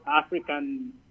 African